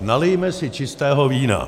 Nalijme si čistého vína.